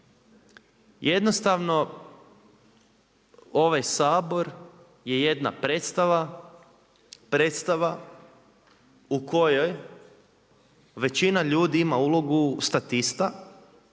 Jednostavno ovaj Sabor je jedna predstava, predstava u kojoj većina ljudi ima ulogu statista,